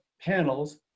panels